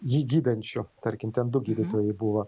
jį gydančiu tarkim ten du gydytojai buvo